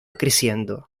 creciendo